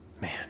Man